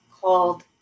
called